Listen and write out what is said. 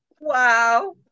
Wow